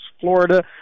Florida